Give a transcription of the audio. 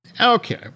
Okay